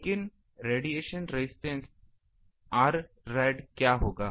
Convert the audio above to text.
लेकिन radiation resistance Rrad क्या होगा